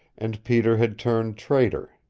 and peter had turned traitor.